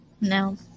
No